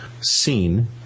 seen